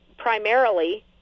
primarily